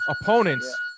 opponents